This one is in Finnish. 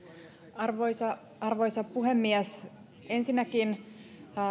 arvoisa arvoisa puhemies ensinnäkin